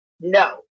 no